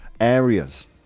areas